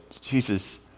Jesus